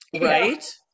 Right